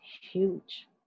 huge